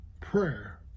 prayer